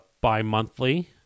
bi-monthly